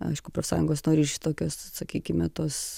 aišku profsąjungos nori šitokios sakykime tos